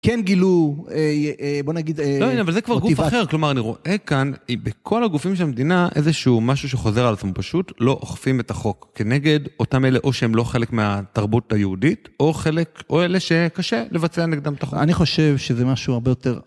כן גילו, בוא נגיד... לא יודע, אבל זה כבר גוף אחר. כלומר, אני רואה כאן, בכל הגופים של המדינה, איזשהו משהו שחוזר על עצמו. פשוט לא אוכפים את החוק כנגד אותם אלה, או שהם לא חלק מהתרבות היהודית, או חלק, או אלה שקשה לבצע נגדם את החוק. אני חושב שזה משהו הרבה יותר...